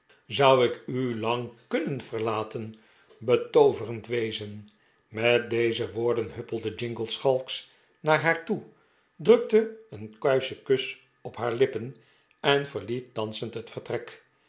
zou ik u lang kunnen verlaten betooverend wezen met deze woorden huppelde jingle schalks naar haar toe drukte een kuische kus op haar lippen en verliet dansend het vertrek